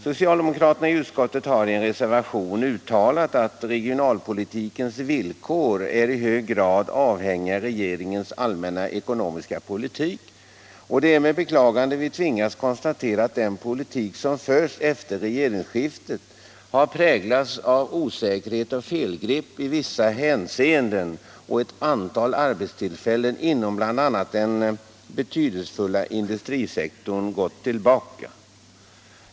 Socialdemokraterna i utskottet har i en reservation uttalat att regionalpolitikens villkor är i hög grad avhängiga av regeringens allmänna ekonomiska politik. Det är med beklagande vi tvingas konstatera att den politik som förts efter regeringsskiftet har präglats av osäkerhet och felgrepp i viktiga hänseenden och att antalet arbetstillfällen inom bl.a. den betydelsefulla industrisektorn gått tillbaka.